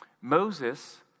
Moses